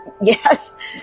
Yes